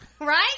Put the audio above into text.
Right